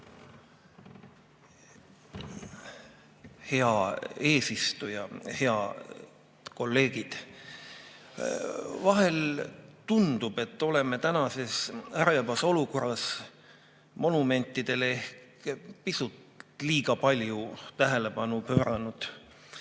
Hea eesistuja! Head kolleegid! Vahel tundub, et oleme tänases ärevas olukorras monumentidele ehk pisut liiga palju tähelepanu pööranud.